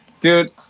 dude